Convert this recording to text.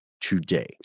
today